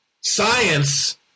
science